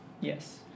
Yes